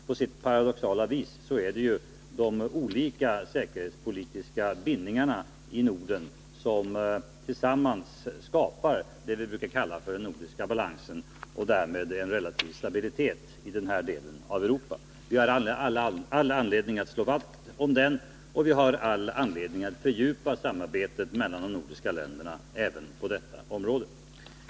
På sitt paradoxala vis är det ju de olika säkerhetspolitiska bindningarna i Norden som tillsammans skapar det vi brukar kalla den nordiska balansen och därmed en relativ stabilitet i vår del av Europa. Vi har all anledning att slå vakt om den, och vi har all anledning att fördjupa samarbetet mellan de nordiska länderna även på detta område.